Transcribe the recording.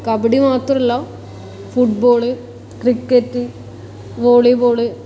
കബഡി മാത്രമല്ല football cricket volleyball